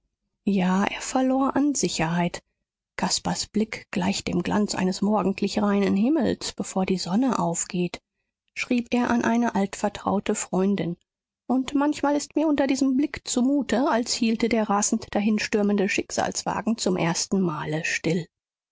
ja er verlor an sicherheit caspars blick gleicht dem glanz eines morgendlich reinen himmels bevor die sonne aufgeht schrieb er an eine altvertraute freundin und manchmal ist mir unter diesem blick zumute als hielte der rasend dahinstürmende schicksalswagen zum ersten male still